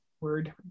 word